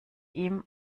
ihm